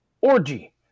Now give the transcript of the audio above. Orgy